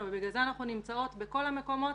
ובגלל זה אנחנו נמצאות בכל המקומות